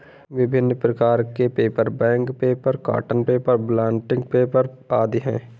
विभिन्न प्रकार के paper, bank paper, cotton paper, blotting paper आदि हैं